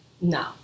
No